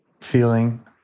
feeling